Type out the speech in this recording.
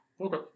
Okay